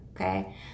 okay